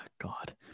god